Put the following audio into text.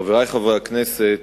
חברי חברי הכנסת,